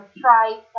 try